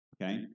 Okay